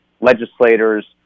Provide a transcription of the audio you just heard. legislators